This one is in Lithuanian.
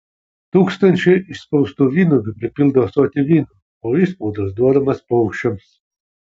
tūkstančiai išspaustų vynuogių pripildo ąsotį vyno o išspaudos duodamos paukščiams